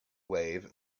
wave